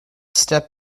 step